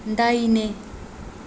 दाहिने